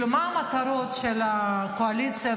מה המטרות של הקואליציה,